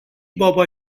بابا